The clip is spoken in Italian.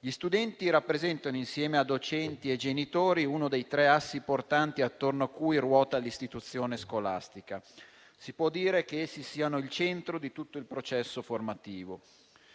Gli studenti rappresentano, insieme a docenti e genitori, uno dei tre assi portanti attorno a cui ruota l'istituzione scolastica; si può dire che essi siano il centro di tutto il processo formativo.